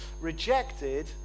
rejected